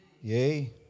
Yay